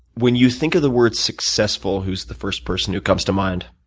when you think of the word successful, who's the first person who comes to mind?